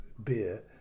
Beer